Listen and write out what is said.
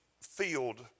field